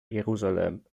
jerusalem